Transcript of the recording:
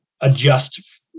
adjust